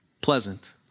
pleasant